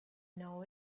know